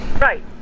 Right